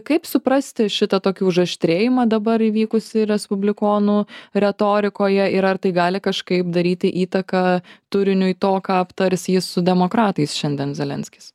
kaip suprasti šitą tokį užaštrėjimą dabar įvykusį respublikonų retorikoje ir ar tai gali kažkaip daryti įtaką turiniui to ką aptars jis su demokratais šiandien zelenskis